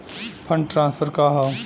Fund transfer का हव?